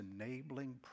enabling